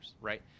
right